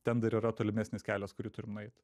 ten dar yra tolimesnis kelias kurį turim nueit